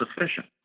sufficient